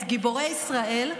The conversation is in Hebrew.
את גיבורי ישראל,